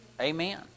Amen